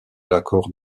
l’accord